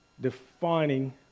defining